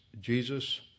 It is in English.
Jesus